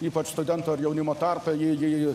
ypač studentų ar jaunimo tarpe ji ji